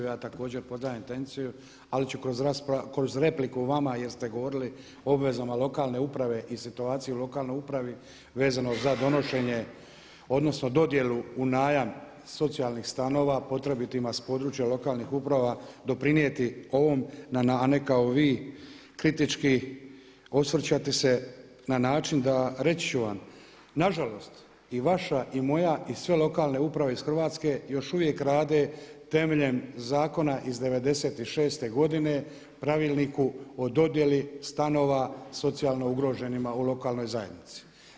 Ja također pozdravljam intenciju, ali ću kroz repliku vama jer ste govorili o obvezama lokalne uprave i situaciju u lokalnoj upravi vezano za donošenje, odnosno dodjelu u najam socijalnih stanova potrebitima s područja lokalnih uprava doprinijeti ovom, a ne kao vi kritički osvrčati se na način da, reći ću vam na žalost i vaša i moja i sve lokalne uprave iz Hrvatske još uvijek rade temeljem zakona iz '96. godine Pravilniku o dodjeli stanova socijalno ugroženima u lokalnoj zajednici.